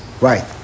Right